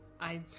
I-